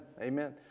Amen